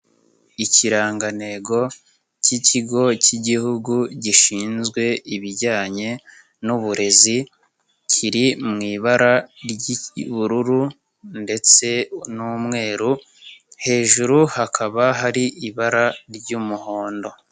Ikirangantego cy'ikigo cy'igihugu gishinzwe ibijyanye n'uburezi, kiri mu ibara ry'ubururu ndetse n'umweru hejuru hakaba hari ibara ry'umuhondo.